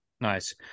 Nice